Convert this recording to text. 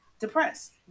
depressed